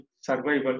survival